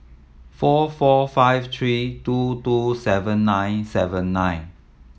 four four five three two two seven nine seven nine